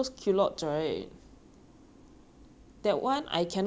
that one I cannot wear dark colours like dark blue